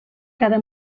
cada